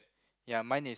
ya mine is